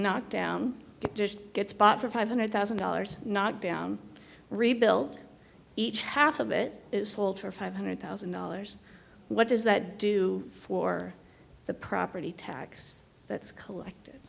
knocked down it just gets bought for five hundred thousand dollars knocked down rebuilt each half of it is hold for five hundred thousand dollars what does that do for the property tax that's collect